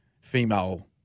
female